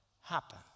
happen